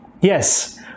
Yes